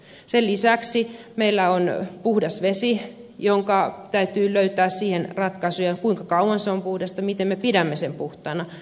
sen lisäksi meillä on puhdas vesi johon täytyy löytää ratkaisu kuinka kauan se on puhdasta miten me pidämme sen puhtaana